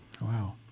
Wow